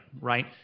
right